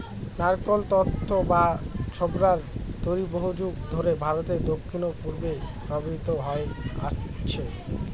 নারকোল তন্তু বা ছোবড়ার দড়ি বহুযুগ ধরে ভারতের দক্ষিণ ও পূর্বে ব্যবহৃত হয়ে আসছে